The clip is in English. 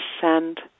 send